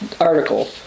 article